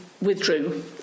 withdrew